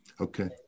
Okay